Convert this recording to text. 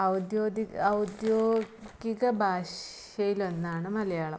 ഔദ്യോഗിക ഔദ്യോഗിക ഭാഷേയിൽ ഒന്നാണ് മലയാളം